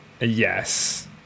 Yes